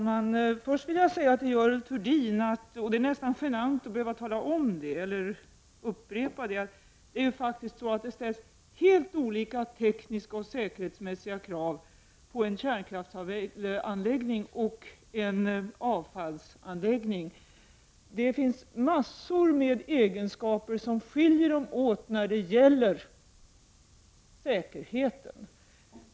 Herr talman! Till Görel Thurdin vill jag först säga att det nästan är genant att behöva upprepa att det faktiskt ställs helt olika tekniska och säkerhetsmässiga krav på en kärnkraftsanläggning och en avfallsanläggning. Det finns massor av egenskaper som skiljer dem åt när det gäller säkerheten.